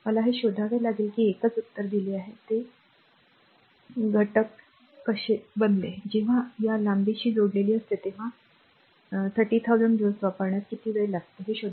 मला हे शोधावे लागेल की एकच उत्तर दिले आहे ते स्टोव्ह घटक इतके जेव्हा या लांबशी जोडलेले असते तेव्हा 30000 joules वापरण्यास किती वेळ लागतो